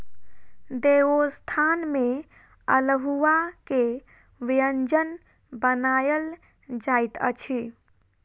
देवोत्थान में अल्हुआ के व्यंजन बनायल जाइत अछि